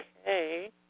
Okay